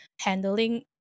handling